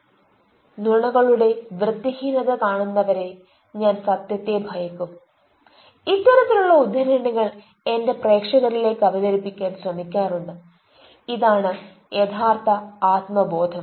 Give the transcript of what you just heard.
"നുണകളുടെ വൃത്തിഹീനത കാണുന്ന വരെ ഞാൻ സത്യത്തെ ഭയക്കും" ഇത്തരത്തിലുള്ള ഉദ്ധരണികൾ എന്റെ പ്രേക്ഷകരിലേക്ക് അവതരിപ്പിക്കാൻ ശ്രമിക്കാറുണ്ട് ഇതാണ് യഥാർത്ഥ ആത്മബോധം